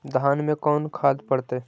धान मे कोन खाद पड़तै?